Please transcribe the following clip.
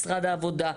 משרד העבודה,